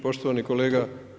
Poštovani kolega.